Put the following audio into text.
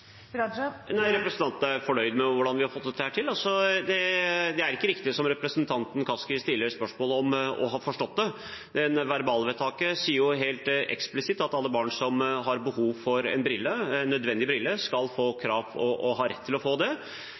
Raja er ganske enkelt: Hvordan synes han at dette gikk? Jeg er fornøyd med hva vi har fått til her. Det er ikke riktig, slik representanten Kaski har forstått dette og slik hun stiller spørsmålet. Verbalvedtaket sier jo helt eksplisitt at alle barn som har behov for briller, har rett til å få det.